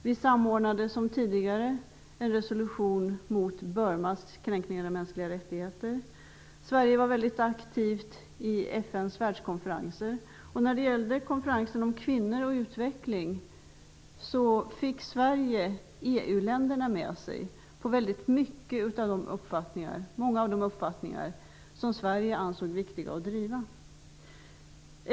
Vi samordnade som tidigare en resolution mot Burmas kränkningar av de mänskliga rättigheterna. Sverige var mycket aktivt i FN:s världskonferenser. När det gällde konferensen om kvinnor och utveckling fick Sverige EU-länderna med sig i väldigt många av de uppfattningar som Sverige ansåg viktiga att driva.